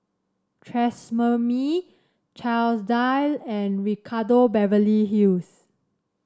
Tresemme Chesdale and Ricardo Beverly Hills